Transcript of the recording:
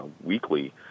weekly